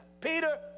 Peter